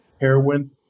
heroin